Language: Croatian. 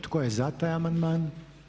Tko je za taj amandman?